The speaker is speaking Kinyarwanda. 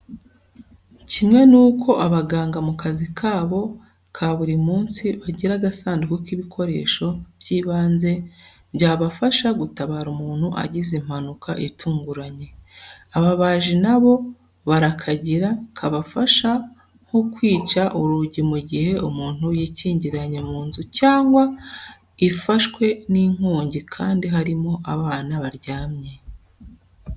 Kimwe n'uko abaganga mu kazi kabo ka buri munsi, bagira agasanduku k'ibikoresho by'ibanze byabafasha gutabara umuntu agize impanuka itunguranye, ababaji na bo barakagira kabafasha nko kwica urugi mu gihe umuntu yikingiranye mu nzu cyangwa ifashwe n'inkongi kandi harimo abana baryamye.